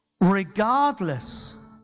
regardless